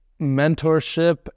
mentorship